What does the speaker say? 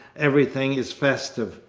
everything is festive.